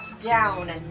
down